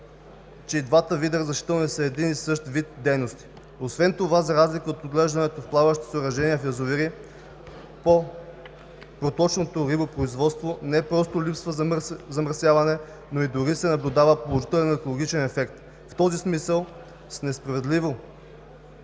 че и двата вида разрешителни са за един и същ вид дейности. Освен това за разлика от отглеждането в плаващи съоръжения в язовири, при проточното рибопроизводство не просто липсва замърсяване, но и дори се наблюдава положителен екологичен ефект. В този смисъл е несправедливо